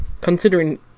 considering